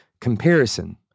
comparison